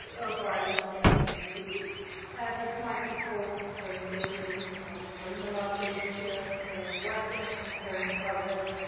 of violin playing you use this might be called tone building or tonalization or working on tone colors,